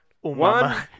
One